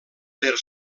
per